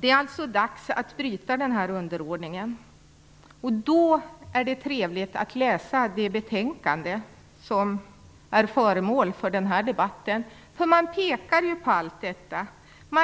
Det är alltså dags att bryta den här underordningen. Då är det trevligt att läsa det betänkande som är föremål för den här debatten. Man pekar på allt detta